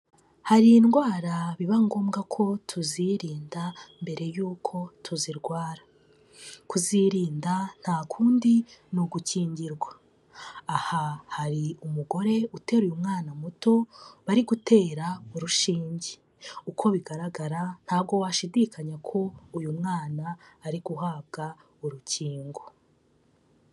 Hari indwara biba ngombwa ko tuzirinda mbere yuko tuzirwara, kuzirinda ntakundi ni ugukingirwa, aha hari umugore uteruye mwana muto bari gutera urushinge, uko bigaragara ntago washidikanya ko uyu mwana ari guhabwa urukingo.